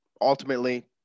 ultimately